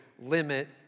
limit